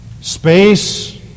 space